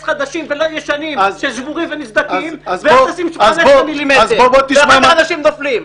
חדשים ולא ישנים ששבורים ונסדקים ואחר כך אנשים נופלים.